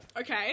okay